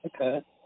Okay